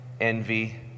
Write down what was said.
envy